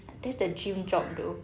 that's the dream job though